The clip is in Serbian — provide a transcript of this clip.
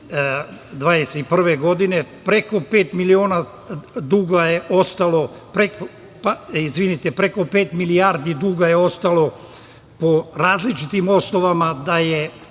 2021. godine, preko pet milijardi duga je ostalo po različitim osnovama da je